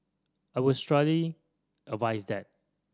I would strongly advise that